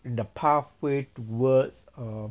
in the pathway towards err